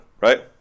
right